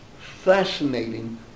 fascinating